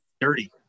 Dirty